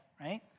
right